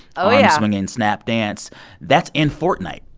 oh, yeah. arm-swinging snap dance that's in fortnite.